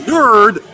Nerd